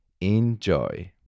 Enjoy